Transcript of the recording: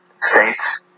states